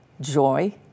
joy